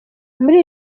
muri